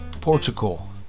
Portugal